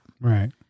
right